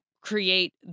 create